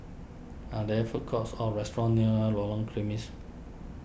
are there food courts or restaurants near Lorong